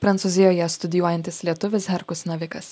prancūzijoje studijuojantis lietuvis herkus navikas